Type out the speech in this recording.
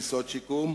תפיסות שיקום,